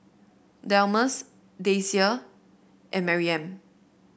Delmus Daisye and Maryam